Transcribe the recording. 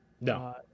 No